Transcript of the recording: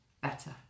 better